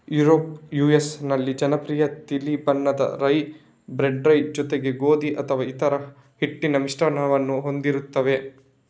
Europe US ನಲ್ಲಿ ಜನಪ್ರಿಯ ತಿಳಿ ಬಣ್ಣದ ರೈ, ಬ್ರೆಡ್ ರೈ ಜೊತೆಗೆ ಗೋಧಿ ಅಥವಾ ಇತರ ಹಿಟ್ಟಿನ ಮಿಶ್ರಣವನ್ನು ಹೊಂದಿರುತ್ತವೆ